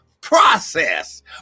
process